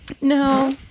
No